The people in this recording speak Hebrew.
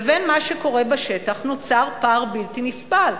לבין מה שקורה בשטח, נוצר פער בלתי נסבל,